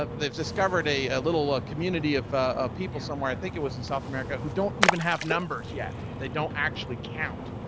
ah they've discovered a little ah community of people somewhere, i think it was in south america, who don't even have numbers yet, they don't actually count.